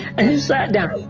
and he sat down